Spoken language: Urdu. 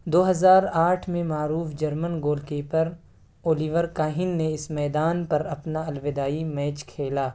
دو ہزار آٹھ میں معروف German goalkeeper Oliver Kahn نے اس میدان پر اپنا الوداعی میچ کھیلا